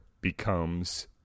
becomes